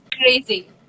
crazy